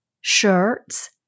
shirts